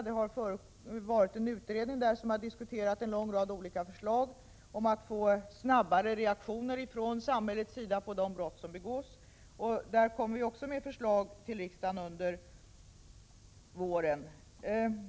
Det har gjorts en utredning som har diskuterat en lång rad förslag om att få snabbare reaktioner från samhällets sida på de brott som begås. Där kommer vi också med förslag till riksdagen under våren.